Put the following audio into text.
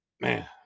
Man